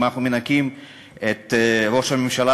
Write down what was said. אם אנחנו מנכים את ראש הממשלה,